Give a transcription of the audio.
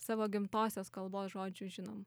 savo gimtosios kalbos žodžių žinom